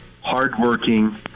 hardworking